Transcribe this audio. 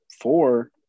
four